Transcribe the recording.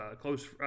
close